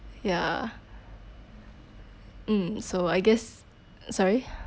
ya mm so I guess sorry